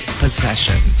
possession